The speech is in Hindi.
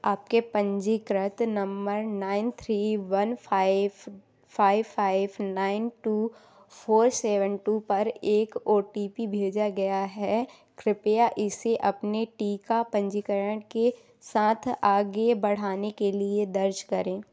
आपके पंजीकृत number nine three one five five five nine two four seven two पर एक ओ टी पी भेजा गया है कृपया इसे अपने टीका पंजीकरण के साथ आगे बढ़ाने के लिए दर्ज करें